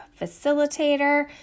facilitator